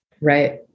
Right